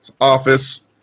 office